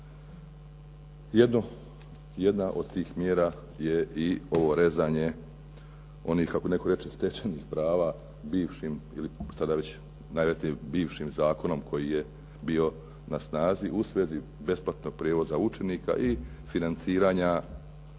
Jedna od tih mjera je i ovo rezanje onih kako netko reče stečenih prava bivšim ili tada već bivšim zakonom koji je bio na snazi u svezi besplatnog prijevoza učenika i financiranja